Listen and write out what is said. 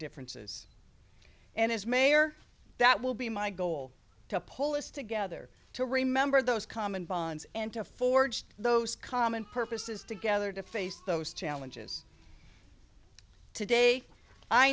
differences and as mayor that will be my goal to pull this together to remember those common bonds and to forge those common purposes together to face those challenges today i